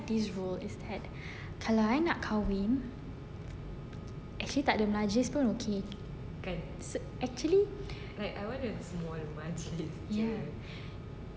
this rule is that kalau I nak kahwin actually takde majlis pun okay s~ actually ya